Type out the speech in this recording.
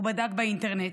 הוא בדק באינטרנט,